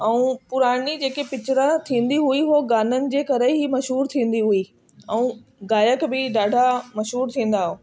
ऐं पुराणी जेके पिकिचरा थींदी हुई हो गाननि जे करे ई मशहूरु थींदी हुई ऐं गायक बि ॾाढा मशहूरु थींदा